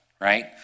right